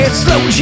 slow